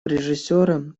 режиссера